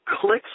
clicks